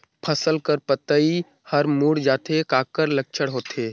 फसल कर पतइ हर मुड़ जाथे काकर लक्षण होथे?